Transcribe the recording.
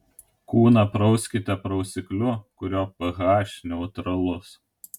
kūną prauskite prausikliu kurio ph neutralus